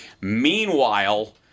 Meanwhile